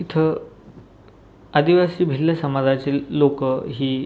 इथं आदिवासी भिल्ल समाजाची ल् लोकं ही